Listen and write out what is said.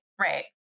right